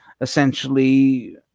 essentially